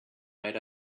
might